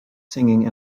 singing